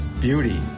beauty